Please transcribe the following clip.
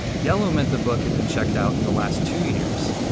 yellow meant the book had been checked out in the last two years.